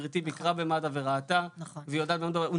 וגברתי ביקרה במד"א וראתה והיא יודעת במה מדובר,